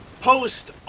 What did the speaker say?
post